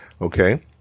okay